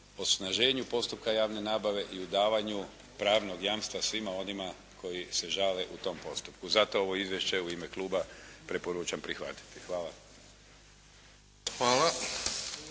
osnaženju postupka javne nabave i u davanju pravnog jamstva svima onima koji se žale u tom postupku. Zato ovo izvješće u ime kluba preporučam prihvatiti. Hvala.